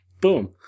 Boom